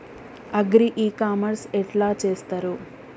Agri e commerce ఎట్ల చేస్తరు?